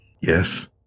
yes